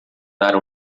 dar